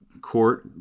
court